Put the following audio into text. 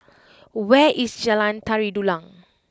where is Jalan Tari Dulang